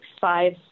five